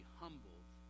humbled